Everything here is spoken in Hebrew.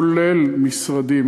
כולל משרדי,